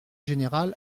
général